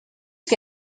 que